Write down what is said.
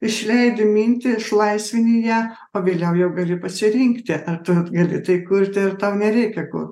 išleidi mintį išlaisvini ją o vėliau jau gali pasirinkti ar tu gali tai kurti ir tau nereikia ko